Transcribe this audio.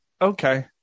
Okay